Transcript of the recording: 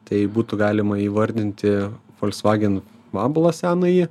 tai būtų galima įvardinti volkswagen vabalą senąjį